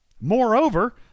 Moreover